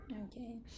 okay